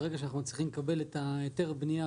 ברגע שאנחנו נקבל את היתר הבנייה,